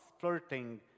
flirting